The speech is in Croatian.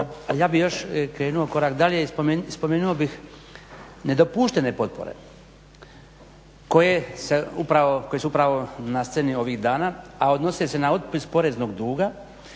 ja bih još krenuo korak dalje i spomenuo bih nedopuštene potpore koje su upravo na sceni ovih dana, a odnose se na otpis poreznog duga